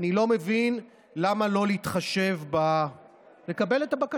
לא רק למחויבות של בורא העולם לשימור הבריאה אלא גם ליכולת שלנו,